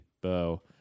bow